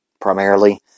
primarily